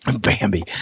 Bambi